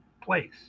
place